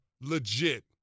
legit